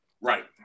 Right